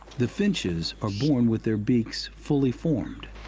the finches are born with their beaks fully formed.